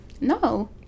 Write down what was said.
no